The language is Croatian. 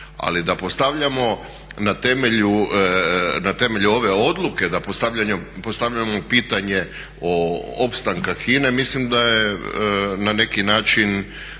Ali da postavljamo na temelju ove odluke da postavljamo pitanje opstanka HINA-e mislim da je na neki način